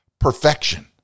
perfection